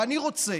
ואני רוצה,